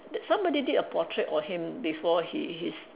that somebody did a portrait on him before he his